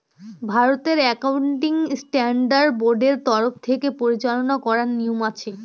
ভারতের accounting standard বোর্ডের তরফ থেকে পরিচালনা করার নিয়ম আছে